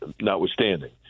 notwithstanding